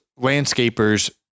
landscapers